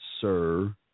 Sir